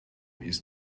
ist